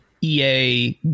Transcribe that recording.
EA